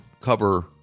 cover